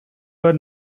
were